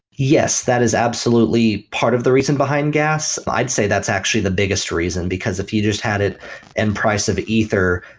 yes, that is absolutely part of the reason behind gas. i'd say that's actually the biggest reason, because if you just had it in and price of ether,